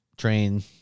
train